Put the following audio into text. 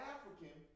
African